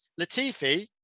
Latifi